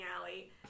alley